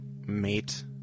mate